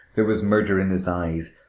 there was murder in his eyes.